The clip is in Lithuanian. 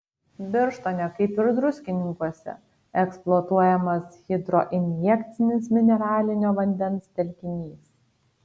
birštone kaip ir druskininkuose eksploatuojamas hidroinjekcinis mineralinio vandens telkinys